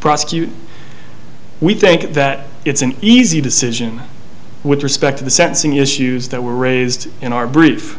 prosecute we take that it's an easy decision with respect to the sentencing issues that were raised in our brief